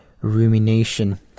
rumination